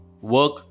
Work